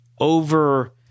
Over